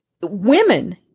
women